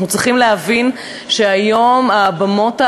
אנחנו צריכים להבין שהיום הבמות האזרחיות,